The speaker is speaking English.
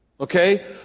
Okay